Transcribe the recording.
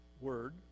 word